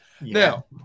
Now